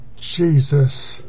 Jesus